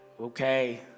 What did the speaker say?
okay